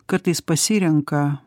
kartais pasirenka